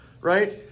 Right